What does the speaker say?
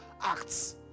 Acts